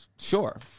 Sure